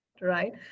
right